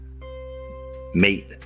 mate